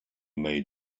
may